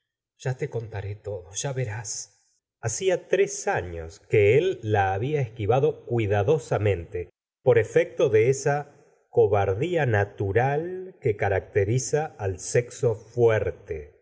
ya te contaré todo ya verás hacia tres años que él la babia esquivado cuidadosamente por efecto de esa cobardía natural que caracteriza al exo fuerte